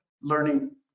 learning